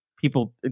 people